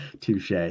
Touche